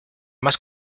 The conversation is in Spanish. más